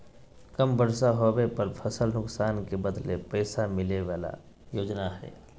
कम बर्षा होबे पर फसल नुकसान के बदले पैसा मिले बला योजना हइ